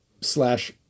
slash